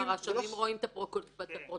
הרשמים רואים את הפרוטוקולים?